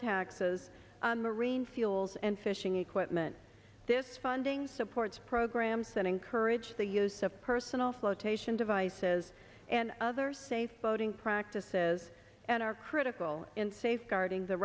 taxes marine fuels and fishing equipment this funding supports programs that encourage the use of personal flotation devices and other safe boating practices and are critical in safeguarding the